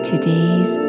today's